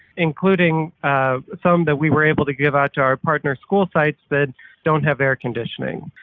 including some that we were able to give out to our partner school sites that don't have air conditioning.